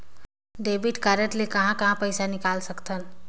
Debit card ले कहां कहां पइसा निकाल सकथन?